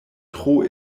tro